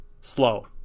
slow